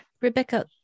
Rebecca